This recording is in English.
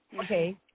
Okay